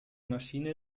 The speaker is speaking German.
maschine